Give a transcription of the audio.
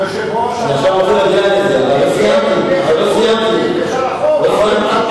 יושב-ראש, לא סיימתי, עוד לא סיימתי.